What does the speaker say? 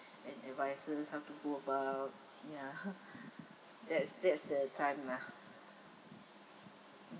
and advises how to go about ya that's that's the time lah